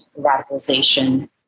radicalization